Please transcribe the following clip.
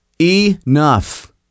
Enough